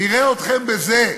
נראה אתכם בזה,